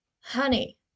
Honey